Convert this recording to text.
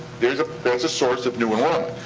there's a source of new enrollment.